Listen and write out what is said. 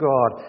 God